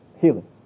Healing